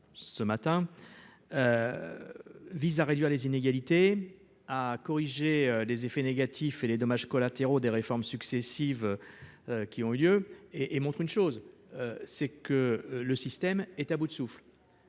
ce matin, vise à réduire les inégalités, à corriger les effets négatifs et les dommages collatéraux des réformes successives qui ont eu lieu et et montre une chose, c'est que le système est à bout de souffle.